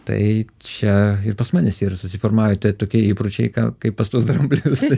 tai čia pas manes yra susiformavę tokie įpročiai kaip pas tuos dramblius